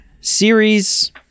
series